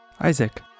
Isaac